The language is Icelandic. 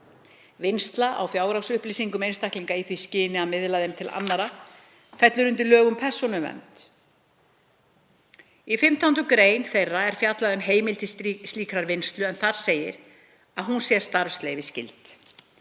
Vinnsla á fjárhagsupplýsingum einstaklinga í því skyni að miðla þeim til annarra fellur undir lög um persónuvernd. Í 15. gr. þeirra er fjallað um heimild til slíkrar vinnslu en þar segir að hún sé starfsleyfisskyld.